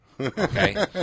Okay